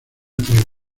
tregua